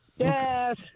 yes